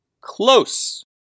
close